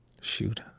shoot